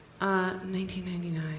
1999